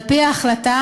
על-פי ההחלטה,